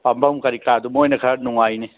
ꯐꯝꯕꯝ ꯀꯔꯤ ꯀꯔꯥꯗꯣ ꯃꯣꯏꯅ ꯈꯔ ꯅꯨꯡꯉꯥꯏꯅꯦ